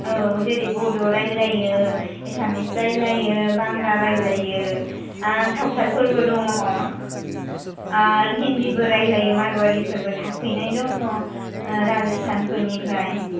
औ जेरै बड' रायलायो एसामिस रायलायो बांला रालायो आर सावथालफोरबो दङ आर हिन्दिबो रायलायो मारवालिफोरबो थाफैनाय दङ राजस्तानफोरनिफ्राइ